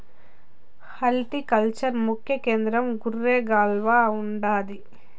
horticulture ముఖ్య కేంద్రం గురేగావ్ల ఉండాది